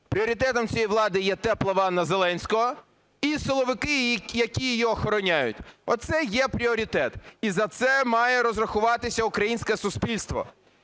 Пріоритетом цієї влади є тепла ванна Зеленського і силовики, які її охороняють. Оце є пріоритет. І за це має розрахуватися українське суспільство.